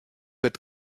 wird